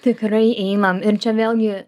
tikrai einam ir čia vėlgi